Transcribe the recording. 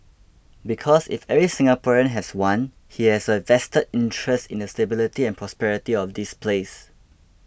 because if every Singaporean has one he has a vested interest in the stability and prosperity of this place